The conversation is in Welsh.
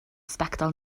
sbectol